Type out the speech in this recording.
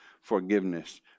forgiveness